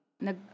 nag